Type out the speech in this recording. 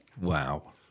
Wow